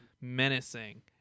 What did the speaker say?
menacing